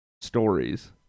stories